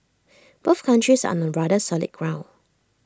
both countries are on rather solid ground